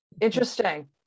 Interesting